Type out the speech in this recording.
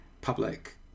public